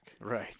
Right